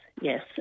Yes